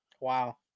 Wow